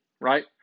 right